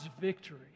victory